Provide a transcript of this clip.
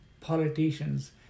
politicians